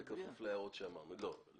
הערות, תתייחסו.